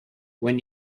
when